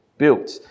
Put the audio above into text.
built